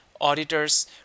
auditors